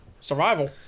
Survival